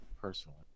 personally